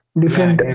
different